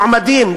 מועמדים,